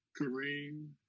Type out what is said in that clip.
Kareem